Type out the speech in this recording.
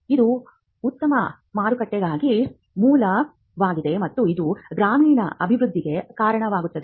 ಇದು ಉತ್ತಮ ಮಾರುಕಟ್ಟೆಗಾಗಿ ಮೂಲವಾಗಿದೆ ಮತ್ತು ಇದು ಗ್ರಾಮೀಣ ಅಭಿವೃದ್ಧಿಗೆ ಕಾರಣವಾಗುತ್ತದೆ